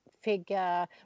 figure